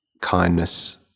kindness